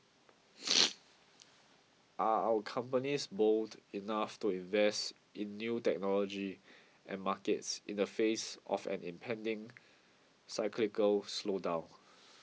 are our companies bold enough to invest in new technology and markets in the face of an impending cyclical slowdown